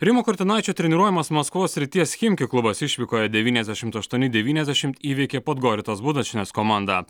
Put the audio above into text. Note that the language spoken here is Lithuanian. rimo kurtinaičio treniruojamas maskvos srities chimki klubas išvykoje devyniasdešimt aštuoni devyniasdešimt įveikė podgoritos budočnes komandą